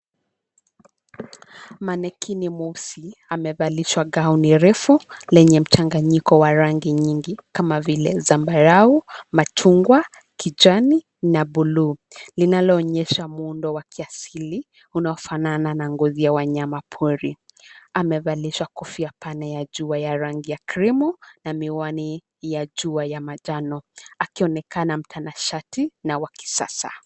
Manekini mweusi amevalishwa gauni refu lenye mchanganyiko wa rangi nyingi kama vile zambarau, machungwa, kijani na buluu linaloonyesha muundo wa kiasili unaofanana na ngozi ya wanyama pori. Amevalisha kofia pana ya jua ya rangi ya krimu na miwani ya jua ya manjano akionekana mtanashati na wa kisasa.